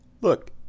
Look